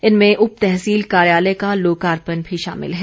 इनमें उप तहसील कार्यालय का लोकार्पण शामिल है